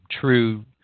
true